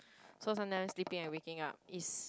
so sometimes sleeping and waking up is